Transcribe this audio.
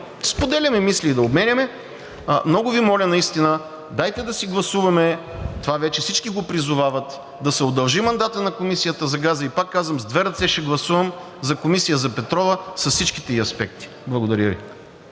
споделяме мисли и да ги обменяме. Много Ви моля наистина, дайте да гласуваме, това вече всички го призовават, да се удължи мандатът на Комисията за газа, и пак казвам, с две ръце ще гласувам за комисия за петрола с всичките ѝ аспекти. Благодаря Ви.